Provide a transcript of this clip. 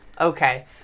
Okay